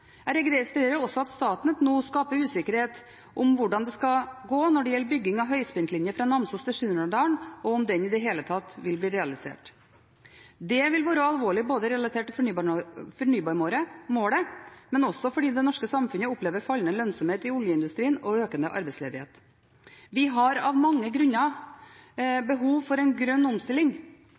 Jeg registrerer også at Statnett nå skaper usikkerhet om hvordan det skal gå når det gjelder bygging av høyspentlinje fra Namsos til Surnadal, og om den i det hele tatt vil bli realisert. Det vil være alvorlig både relatert til fornybarmålet og fordi det norske samfunnet opplever fallende lønnsomhet i oljeindustrien og økende arbeidsledighet. Vi har av mange grunner behov for en grønn omstilling,